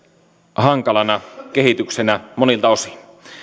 hankalana kehityksenä monilta osin